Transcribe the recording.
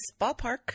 ballpark